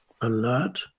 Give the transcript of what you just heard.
alert